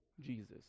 Jesus